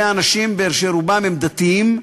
אלה אנשים שרובם דתיים,